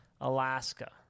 Alaska